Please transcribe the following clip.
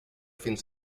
fins